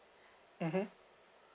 mmhmm